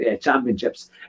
championships